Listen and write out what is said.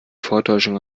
vortäuschung